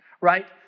right